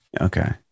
Okay